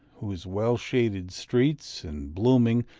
whose well-shaded streets and blooming,